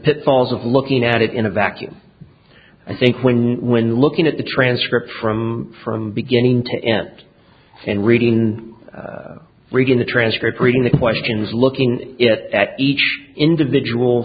pitfalls of looking at it in a vacuum i think when when looking at the transcript from from beginning to end and read in reading the transcript reading the questions looking at each individual